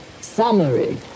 summary